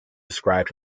described